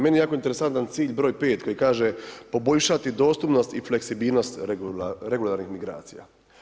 Meni je jako interesantan cilj br. 5 koji kaže poboljšati dostupnost i fleksibilnost regularnih migracija.